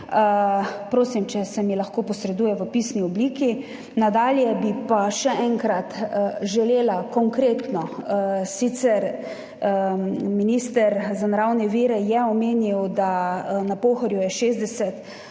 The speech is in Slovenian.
Prosim, če se mi lahko posreduje v pisni obliki. Nadalje bi pa še enkrat želela konkretno. Sicer je minister za naravne vire omenil, da je na Pohorju 60